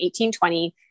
1820